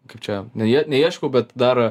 kaip čia ne ie ne ieškau bet dar